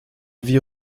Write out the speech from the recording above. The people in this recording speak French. vie